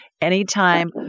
anytime